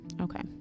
Okay